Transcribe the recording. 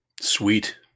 Sweet